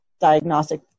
diagnostic